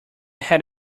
had